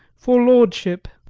for lordship.